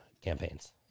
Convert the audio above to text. campaigns